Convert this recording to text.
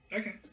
Okay